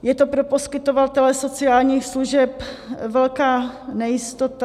Je to pro poskytovatele sociálních služeb velká nejistota.